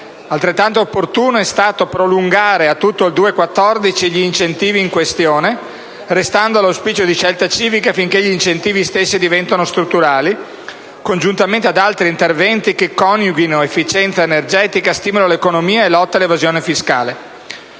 Altrettanto opportuno è stato prolungare a tutto il 2014 gli incentivi in questione, restando l'auspicio di Scelta Civica affinché gli incentivi stessi diventino strutturali, congiuntamente ad altri interventi che coniughino efficienza energetica, stimolo all'economia e lotta all'evasione fiscale.